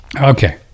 Okay